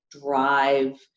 drive